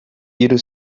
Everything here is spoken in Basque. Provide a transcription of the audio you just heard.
hiru